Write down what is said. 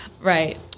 right